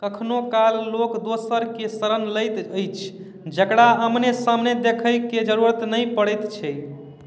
कखनो काल लोक दोसर के शरण लैत अछि जकरा आमने सामने देखय के जरूरत नहि पड़ैत छैक